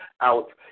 out